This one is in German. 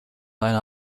einer